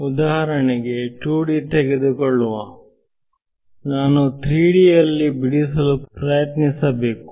ಉದಾಹರಣೆಗೆ 2D ತೆಗೆದುಕೊಳ್ಳುವ ನಾನು 3D ಅಲ್ಲಿ ಬಿಡಿಸಲು ಪ್ರಯತ್ನಿಸಬೇಕು